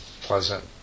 pleasant